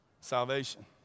Salvation